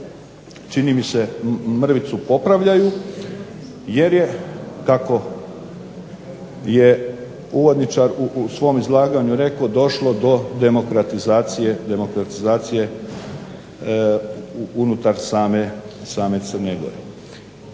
čini mi se mrvicu popravljaju jer je kako je uvodničar u svom izlaganju rekao došlo do demokratizacije unutar same Crne gore.